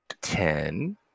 ten